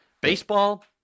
Baseball